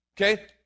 Okay